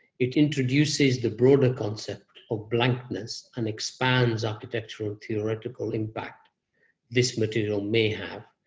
it introduces the broader concept of blankness, and expands architectural and theoretical impact this material may have.